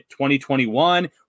2021